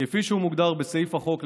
כפי שהוא מוגדר בסעיף החוק,